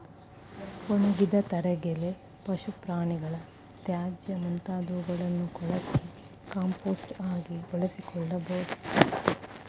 ಒಣಗಿದ ತರಗೆಲೆ, ಪಶು ಪ್ರಾಣಿಗಳ ತ್ಯಾಜ್ಯ ಮುಂತಾದವುಗಳನ್ನು ಕೊಳಸಿ ಕಾಂಪೋಸ್ಟ್ ಆಗಿ ಬಳಸಿಕೊಳ್ಳಬೋದು